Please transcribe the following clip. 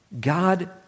God